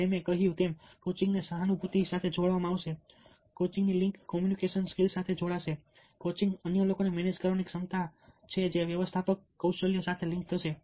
જેમ મેં તમને કહ્યું તેમ કોચિંગને સહાનુભૂતિ સાથે જોડવામાં આવશે કોચિંગની લિંક કોમ્યુનિકેશન સ્કીલ્સ સાથે જોડાશે કોચિંગ અન્ય લોકોને મેનેજ કરવાની ક્ષમતા છે જે વ્યવસ્થાપક કૌશલ્ય સાથે લિંક થશે